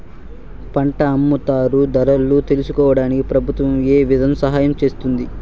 పంట అమ్ముతారు ధరలు తెలుసుకోవడానికి ప్రభుత్వం ఏ విధంగా సహాయం చేస్తుంది?